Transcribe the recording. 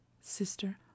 Sister